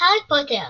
הארי פוטר